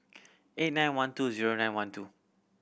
eight nine one two zero nine one two